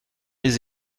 les